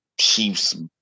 Chiefs